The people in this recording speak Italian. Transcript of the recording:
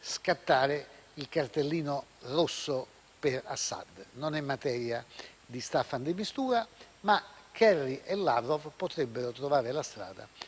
il cartellino rosso per Assad. Non è materia di Staffan de Mistura, ma Kerry e Lavrov potrebbero trovare la strada